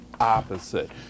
opposite